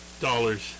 Dollars